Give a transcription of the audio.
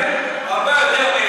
הרבה יותר מאחד,